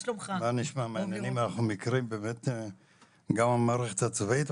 אנחנו מכירים באמת גם מהמערכת הצבאית.